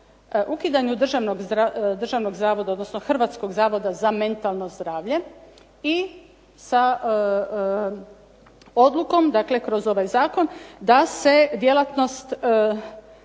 odnosno Hrvatskog zavoda za mentalno zdravlje i sa odlukom, dakle kroz ovaj zakon da se djelatnost